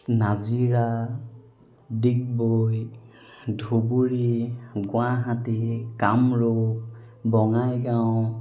Nazira Digboi Dhubri Guwahati Kamrup Bongaigaon